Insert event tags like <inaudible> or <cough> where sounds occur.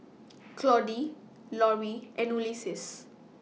<noise> Claudie Lori and Ulysses